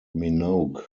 minogue